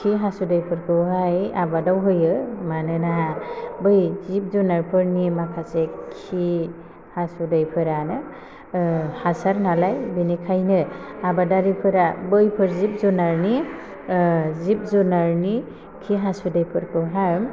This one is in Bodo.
खि हासुदैफोरखौहाय आबादाव होयो मानोना बै जिब जुनारफोरनि माखासे खि हासुदैफोरानो हासार नालाय बेनिखायनो आबादारिफोरा बैफोर जिब जुनारनि जिब जुनारनि खि हासुदैफोरखौहाय